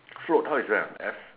float how you spell ah F